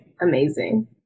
amazing